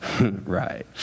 Right